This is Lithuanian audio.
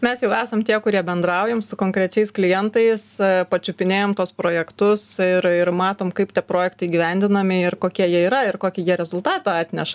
mes jau esam tie kurie bendraujam su konkrečiais klientais pačiupinėjam tuos projektus ir ir matom kaip tie projektai įgyvendinami ir kokie jie yra ir kokį jie rezultatą atneša